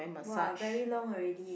!woah! very long already